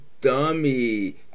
dummy